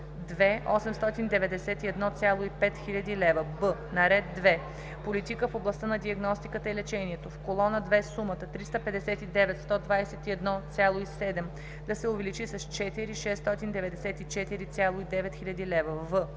2 891,5 хил. лв.; б) на ред 2 „Политика в областта на диагностиката и лечението“, в колона 2 сумата „359 121,7“ да се увеличи с 4 694,9 хил. лв.;